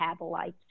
metabolites